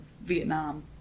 Vietnam